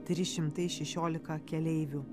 trys šimtai šešiolika keleivių